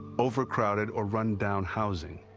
over-crowded or run-down housing,